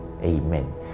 Amen